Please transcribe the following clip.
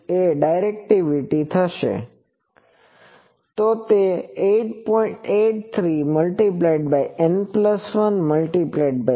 તેથી directivity 4Π2BW3db x y BW3db y z થશે